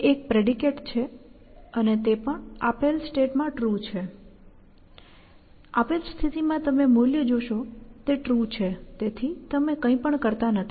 તે એક પ્રેડિકેટ છે અને તે પણ આપેલ સ્ટેટમાં ટ્રુ છે આપેલ સ્થિતિમાં તમે મૂલ્ય જોશો તે ટ્રુ છે તેથી તમે કંઈપણ કરતા નથી